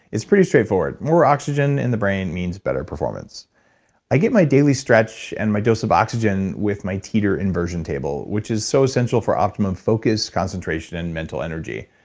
it's pretty straightforward. more oxygen in the brain means better performance i get my daily stretch and my dose of oxygen with my teeter inversion table which is so essential for optimum focus, concentration and mental energy.